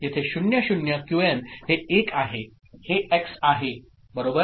येथे 0 0 क्यूएनहे1आहे हेएक्स आहे ओके